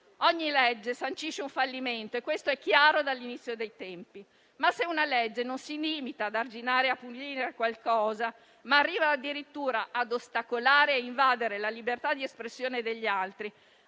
Ogni legge sancisce un fallimento e questo è chiaro dall'inizio dei tempi; se però una legge non si limita ad arginare e a punire qualcosa, ma arriva addirittura ad ostacolare e invadere la libertà di espressione degli altri,